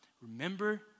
Remember